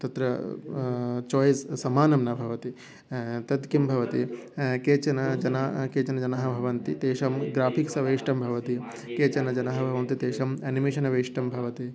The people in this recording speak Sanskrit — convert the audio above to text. तत्र चोयिस् समानं न भवति तद् किं भवति केचन जनाः केचन जनाः भवन्ति तेषां ग्राफ़िक्स् अवेष्टं भवति केचन जनाः भवन्ति तेषाम् अनिमेशन् अविष्टं भवति